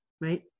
right